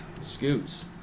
Scoots